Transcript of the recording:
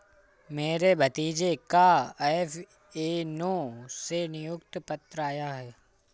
मेरे भतीजे का एफ.ए.ओ से नियुक्ति पत्र आया है